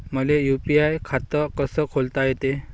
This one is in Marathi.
मले यू.पी.आय खातं कस खोलता येते?